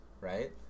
right